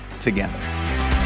together